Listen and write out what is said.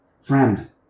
Friend